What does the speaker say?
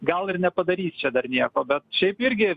gal ir nepadarys čia dar nieko bet šiaip irgi